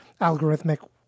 algorithmic